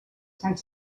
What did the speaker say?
sant